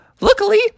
luckily